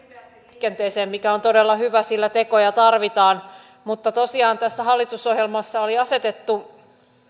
liikenteeseen mikä on todella hyvä sillä tekoja tarvitaan mutta tosiaan tässä hallitusohjelmassa oli asetettu